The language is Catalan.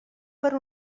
per